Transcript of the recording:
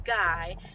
Guy